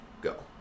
go